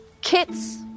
kits